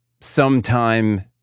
sometime